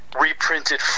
reprinted